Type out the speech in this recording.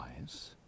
eyes